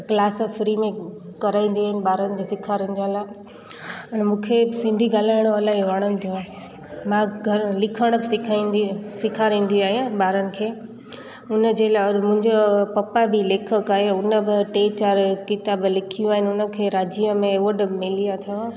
class free में कराईंदी आहिनि ॿारनि जे सेखारींदी आ ला अन मूंखे सिंधी ॻाल्हायणो इलाही वणंदो आहे मां घर लिखण बि सिखाईंदी सेखारींदी आहियां ॿारनि खे हुनजे लाइ मुंहिंजो पप्पा बि लेखक आहिनि हुन ब टे चारि किताब लिखियूं आहिनि हुनखे राज्य में अवॉड मिली अथव